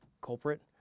culprit